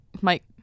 Mike